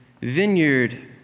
vineyard